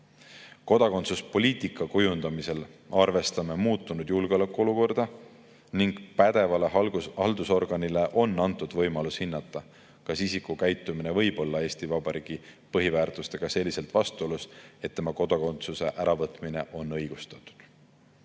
Kodakondsuspoliitika kujundamisel arvestame muutunud julgeolekuolukorda ning pädevale haldusorganile on antud võimalus hinnata, kas isiku käitumine võib olla Eesti Vabariigi põhiväärtustega selliselt vastuolus, et tema kodakondsuse äravõtmine on õigustatud.